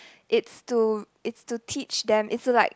it's to it's to teach them it's to like